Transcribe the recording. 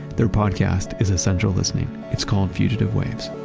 their podcast is essential listening. it's called fugitive waves